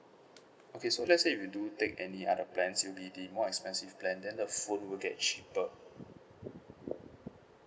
okay so let's say if you do take any other plans it'll be the more expensive plan then the phone will get cheaper